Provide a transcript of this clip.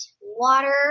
water